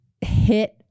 hit